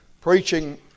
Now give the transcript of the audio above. preaching